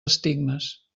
estigmes